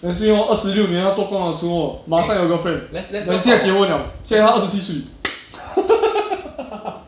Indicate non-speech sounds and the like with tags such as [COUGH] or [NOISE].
as in 要二十六年要做工的时候马上有 girlfriend then 现在结婚了现在他二十七岁 [LAUGHS]